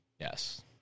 Yes